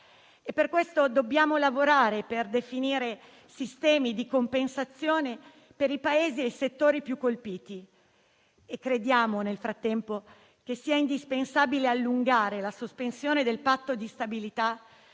e per questo dobbiamo lavorare per definire sistemi di compensazione per i Paesi e i settori più colpiti. Crediamo, nel frattempo, che sia indispensabile allungare la sospensione del Patto di stabilità